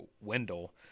Wendell